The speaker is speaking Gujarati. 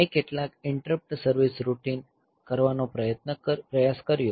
મેં કેટલાક ઇન્ટરપ્ટ સર્વિસ રૂટિન કરવાનો પ્રયાસ કર્યો